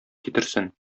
китерсен